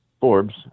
Forbes